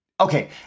okay